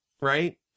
Right